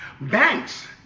Banks